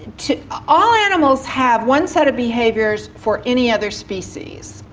to all animals have one set of behaviours for any other species,